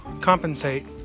compensate